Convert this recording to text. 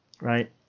right